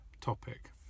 topic